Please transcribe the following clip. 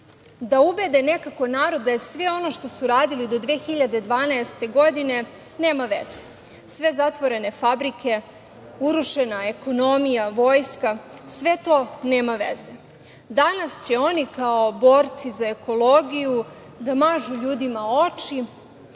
da ubede nekako narod da je sve ono što su radili do 2012. godine – nema veze, sve zatvorene fabrike, urušena ekonomija, vojska, sve to – nema veze. Danas će oni kao borci za ekologiju da mažu ljudima oči